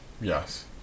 Yes